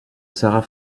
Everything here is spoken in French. sarah